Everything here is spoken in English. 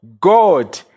god